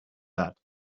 that